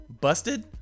busted